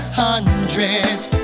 hundreds